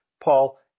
Paul